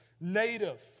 native